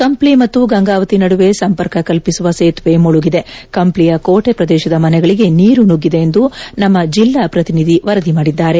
ಕಂಪ್ಡಿ ಮತ್ತು ಗಂಗಾವೆತಿ ನಡುವೆ ಸಂಪರ್ಕ ಕಲ್ಪಿಸುವ ಸೇತುವೆ ಮುಳುಗಿದೆ ಕಂಪ್ಲಿಯ ಕೋಟಿ ಪ್ರದೇಶದ ಮನೆಗಳಿಗೆ ನೀರು ನುಗ್ಗಿದೆ ಎಂದು ನಮ್ಮ ಜಿಲ್ಡಾ ಪ್ರತಿನಿಧಿ ವರದಿ ಮಾಡಿದ್ಲಾರೆ